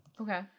Okay